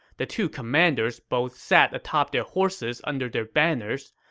the two commanders both sat atop their horses under their banners.